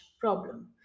problem